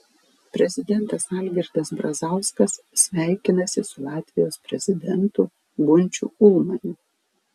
prezidentas algirdas brazauskas sveikinasi su latvijos prezidentu gunčiu ulmaniu